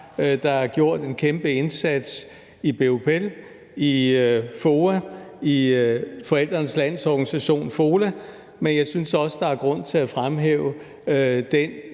Der er gjort en kæmpe indsats i BUPL, i FOA, i FOLA – Forældrenes Landsorganisation, men jeg synes også, der er grund til at fremhæve den